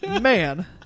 man